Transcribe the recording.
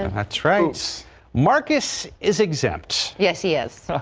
attracts marcus is exempt. yes, yes.